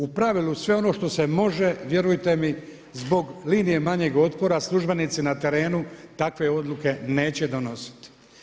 U pravilu sve ono što se može, vjerujte mi zbog linije manjeg otpora službenici na terenu takve odluke neće donositi.